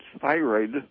thyroid